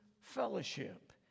fellowship